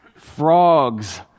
frogs